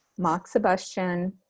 moxibustion